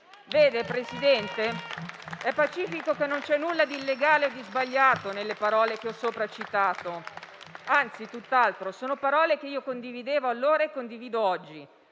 signor Presidente, è pacifico che non c'è nulla di illegale o di sbagliato nelle parole che ho sopra citato, anzi, tutt'altro: sono parole che condividevo allora e condivido oggi,